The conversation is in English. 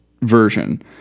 version